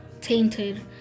tainted